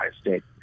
State